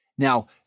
Now